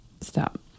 stop